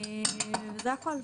זה הכול.